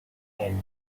him